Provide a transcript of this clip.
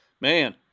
man